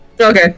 Okay